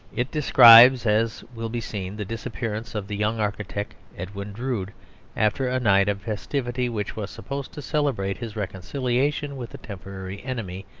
it describes, as will be seen, the disappearance of the young architect edwin drood after a night of festivity which was supposed to celebrate his reconciliation with a temporary enemy,